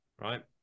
right